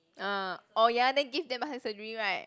ah orh ya then give them plastic surgery right